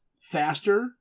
faster